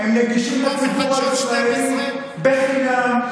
הם נגישים לציבור הישראלי בחינם.